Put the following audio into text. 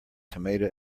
tomato